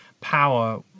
Power